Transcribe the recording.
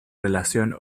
relación